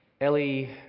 Ellie